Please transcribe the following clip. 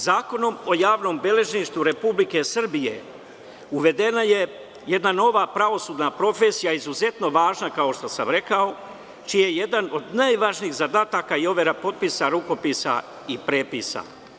Zakonom o javnom beležništvu Republike Srbije uvedena je jedna nova pravosudna profesija, izuzetno važna kao što sam rekao, čiji je jedan od najvažnijih zadataka i overa potpisa, rukopisa i prepisa.